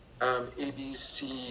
ABC